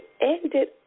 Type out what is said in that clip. ended